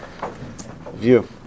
view